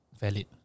valid